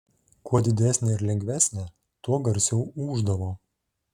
kuo didesnė ir lengvesnė tuo garsiau ūždavo